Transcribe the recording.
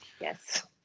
Yes